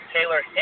Taylor